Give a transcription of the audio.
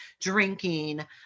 drinking